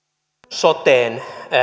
soteen